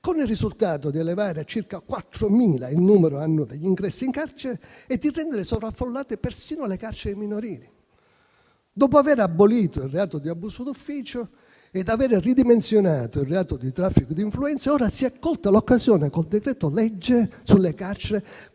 con il risultato di elevare a circa 4.000 il numero annuo degli ingressi in carcere e di rendere sovraffollate persino le carceri minorili. Dopo aver abolito il reato di abuso d'ufficio ed aver ridimensionato il reato di traffico di influenze, ora si è colta l'occasione, con il decreto-legge sulle carceri,